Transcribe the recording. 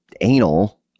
anal